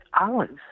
olives